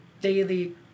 daily